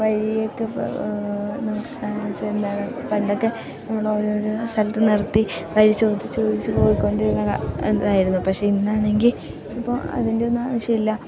വഴിയൊക്കെ നമുക്ക് കാണിച്ച് എന്താണ് പണ്ടൊക്കെ നമ്മൾ ഓരോരോ സ്ഥലത്ത് നിർത്തി വഴി ചോദിച്ച് ചോദിച്ച് പോയ്ക്കൊണ്ടിരുന്ന എന്നതായിരുന്നു പക്ഷേ ഇന്നാണെങ്കിൽ ഇപ്പം അതിൻ്റെ ഒന്നും ആവശ്യമില്ല